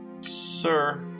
Sir